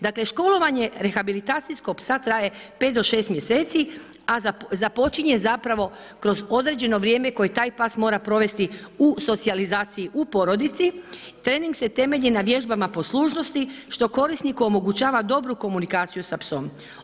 Dakle, školovanje rehabilitacijskog psa traje 5-6 mjeseci a započinje zapravo kroz određeno vrijeme koje taj pas mora provesti u socijalizaciji u porodici, trening se temelji na vježbama po služnosti što korisniku omogućava dobru komunikaciju sa psom.